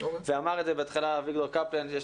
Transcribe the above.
כבר אמר את זה בהתחלה אביגדור קפלן שיש